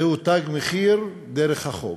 זהו "תג מחיר" דרך החוק.